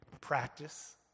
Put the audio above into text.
Practice